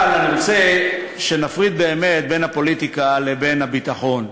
אבל אני רוצה שנפריד באמת בין הפוליטיקה לבין הביטחון.